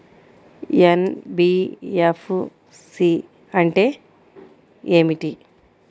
NBFC అంటే ఏమిటి?